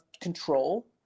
control